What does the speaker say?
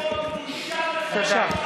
בבקשה.